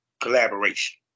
collaboration